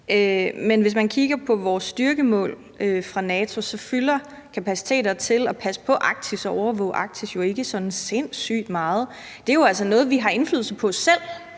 Men hvis man kigger på vores styrkemål fra NATO, fylder kapaciteter til at passe på Arktis og overvåge arktisk jo ikke sådan sindssygt meget. Det er jo altså noget, vi har indflydelse på selv.